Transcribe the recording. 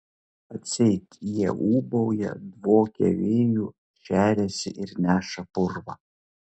atseit jie ūbauja dvokia vėju šeriasi ir neša purvą